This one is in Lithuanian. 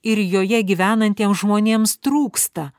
ir joje gyvenantiem žmonėms trūksta